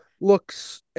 looks